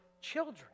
children